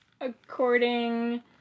according